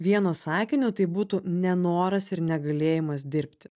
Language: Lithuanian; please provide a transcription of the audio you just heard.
vieno sakinio tai būtų nenoras ir negalėjimas dirbti